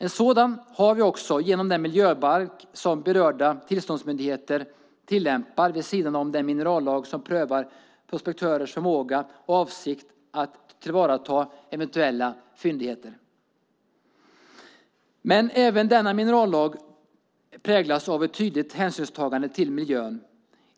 En sådan har vi genom den miljöbalk som berörda tillståndsmyndigheter tillämpar vid sidan av den minerallag som prövar prospektörers förmåga och avsikt att tillvarata eventuella fyndigheter. Även denna minerallag präglas av ett tydligt hänsynstagande till miljön.